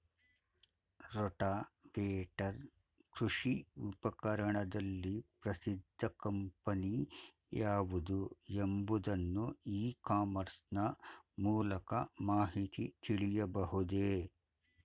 Rotavator ಕೃಷಿ ಉಪಕರಣದಲ್ಲಿ ಪ್ರಸಿದ್ದ ಕಂಪನಿ ಯಾವುದು ಎಂಬುದನ್ನು ಇ ಕಾಮರ್ಸ್ ನ ಮೂಲಕ ಮಾಹಿತಿ ತಿಳಿಯಬಹುದೇ?